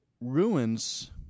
ruins